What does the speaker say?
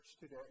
today